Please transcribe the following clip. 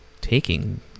taking